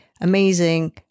amazing